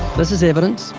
this is evidence.